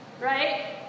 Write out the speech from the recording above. right